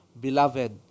Beloved